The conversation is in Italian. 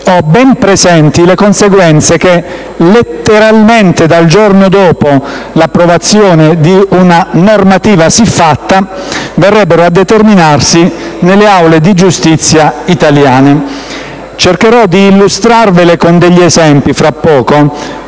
ben presenti le conseguenze che, letteralmente, dal giorno dopo l'approvazione di una normativa siffatta verrebbero a determinarsi nelle aule di giustizia italiane. Fra poco cercherò di illustrarvi tali conseguenze con